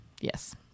yes